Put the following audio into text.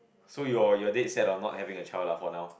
so you're you're dead set on not having a child lah for now